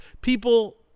people